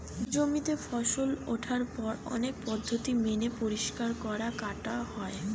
জমিতে ফসল ওঠার পর অনেক পদ্ধতি মেনে পরিষ্কার করা, কাটা হয়